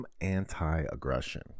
anti-aggression